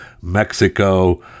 Mexico